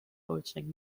coaching